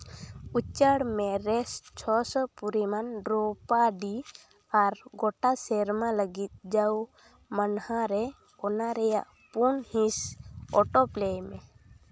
ᱩᱪᱟᱹᱲ ᱢᱮ ᱨᱮᱹᱥᱴ ᱪᱷᱚ ᱥᱚ ᱯᱚᱨᱤᱢᱟᱱ ᱰᱨᱳᱯᱟᱰᱤ ᱟᱨ ᱜᱳᱴᱟ ᱥᱮᱨᱢᱟ ᱞᱟᱹᱜᱤᱫ ᱡᱟᱣ ᱢᱟᱹᱱᱦᱟᱹ ᱨᱮ ᱚᱱᱟ ᱨᱮᱭᱟᱜ ᱯᱩᱱ ᱦᱤᱸᱥ ᱚᱴᱳ ᱯᱞᱮᱭ ᱢᱮ